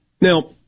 Now